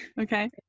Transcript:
okay